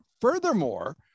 furthermore